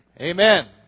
Amen